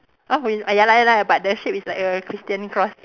oh re~ ya lah ya lah but the shape is like a Christian cross